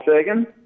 Sagan